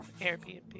Airbnb